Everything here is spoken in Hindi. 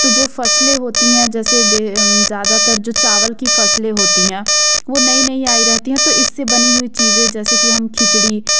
तो जो फसलें होती हैं जैसे वे ज़्यादातर जो चावल की फसलें होती हैं वो नई नई आई रहती हैं तो इससे बनी हुई चीज़ें जैसे कि हम खिचड़ी